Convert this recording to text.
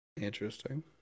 Interesting